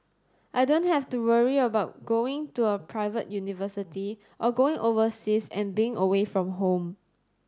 I don't have to worry about going to a private university or going overseas and being away from home